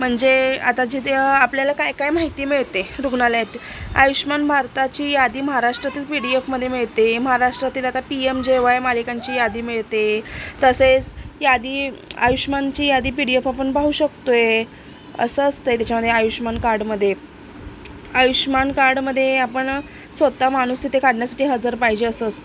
म्हणजे आता जिथे आपल्याला काय काय माहिती मिळते रुग्णालयात आयुष्यमान भारताची यादी महाराष्ट्रातील पी डी एफमध्ये मिळते महाराष्ट्रातील आता PMJAY P M J Y मालिकांची यादी मिळते तसेच यादी आयुष्यमानची यादी पी डी एफ आपण पाहू शकतो आहे असं असतं आहे त्याच्यामध्ये आयुष्यमान कार्डमध्ये आयुष्मान कार्डमध्ये आपण स्वतः माणूस तिथे काढण्यासाठी हजर पाहिजे असं असं